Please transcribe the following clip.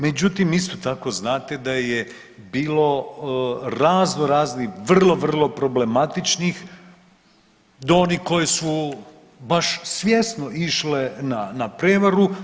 Međutim, isto tako znate da je bilo razno raznih vrlo problematičnih do onih koji su baš svjesno išle na prevaru.